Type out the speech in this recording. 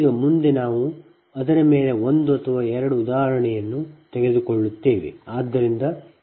ಈಗ ಮುಂದೆ ನಾವು ಅದರ ಮೇಲೆ 1 ಅಥವಾ 2 ಉದಾಹರಣೆಯನ್ನು ತೆಗೆದುಕೊಳ್ಳುತ್ತೇವೆ